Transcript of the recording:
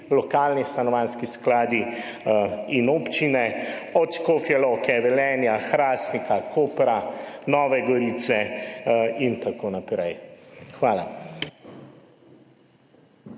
lokalni stanovanjski skladi in občine, od Škofje Loke, Velenja, Hrastnika, Kopra, Nove Gorice in tako naprej. Hvala.